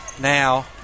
now